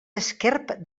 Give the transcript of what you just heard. esquerp